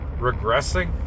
Regressing